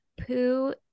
poo